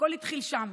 הכול התחיל שם,